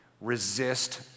Resist